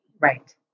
right